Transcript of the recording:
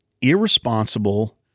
irresponsible